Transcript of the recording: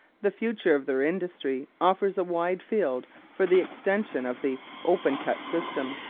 the future of their industry offers a wide field for the extension of the open-cut system.